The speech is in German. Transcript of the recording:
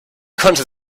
konnte